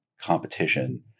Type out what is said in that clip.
competition